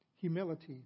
Humility